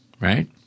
right